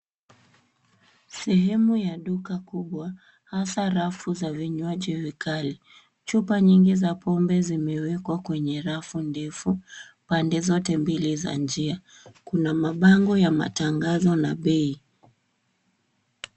Sehemu ya duka kubwa, hasa rafu za vinywaji vikali. Chupa nyingi za pombe zimewekwa kwenye rafu ndefu pande zote mbili za njia. Kuna mabango ya matangazo na bei.